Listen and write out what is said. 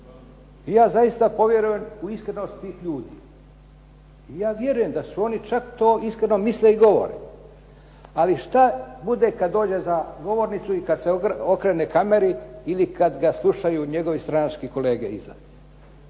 I ja zaista povjerujem u iskrenost tih ljudi. I ja vjerujem da su oni čak to mislili i govore. Ali što bude kada dođe za govornicu i kada se okrene kameri ili kada ga slušaju njegovi stranački kolege iza?